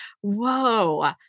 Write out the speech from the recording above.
whoa